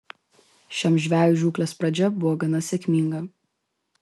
šiam žvejui žūklės pradžia buvo gana sėkminga